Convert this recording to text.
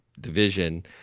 division